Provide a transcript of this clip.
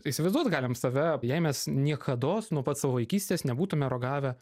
įsivaizduot galim save jei mes niekados nuo pat savo vaikystės nebūtume ragavę